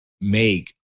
make